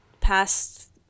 past